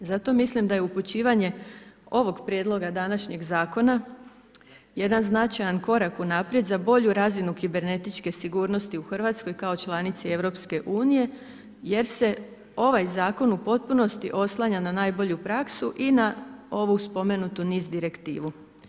Zato mislim da je upućivanje ovog prijedloga današnjeg zakona jedan značajan korak unaprijed za bolju razinu kibernetičke sigurnosti u Hrvatskoj kao članici EU jer se ovaj zakon u potpunosti oslanja na najbolju praksu i na ovu spomenutu NIS direktivu.